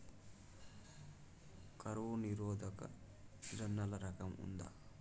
కరువు నిరోధక జొన్నల రకం ఉందా?